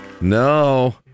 no